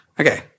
Okay